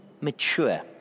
mature